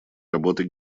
работы